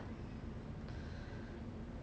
damn good I can run right